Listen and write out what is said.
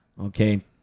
okay